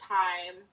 time